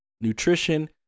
nutrition